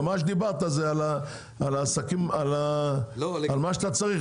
מה שדיברת זה על מה שאתה צריך,